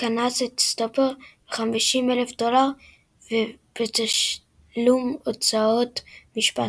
וקנס את סטופר ב-50,000 דולר ובתשלום הוצאות משפט.